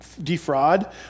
defraud